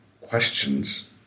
questions